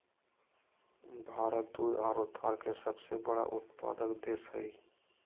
भारत दूध आरो दाल के सबसे बड़ा उत्पादक देश हइ